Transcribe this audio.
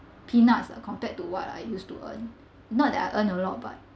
peanuts uh compared to what I used to earn not that I earn a lot but